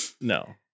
No